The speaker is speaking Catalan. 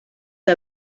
que